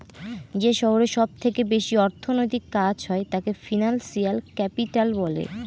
যে শহরে সব থেকে বেশি অর্থনৈতিক কাজ হয় তাকে ফিনান্সিয়াল ক্যাপিটাল বলে